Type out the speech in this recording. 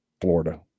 Florida